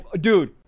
dude